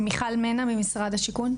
רות מנע ממשרד השיכון.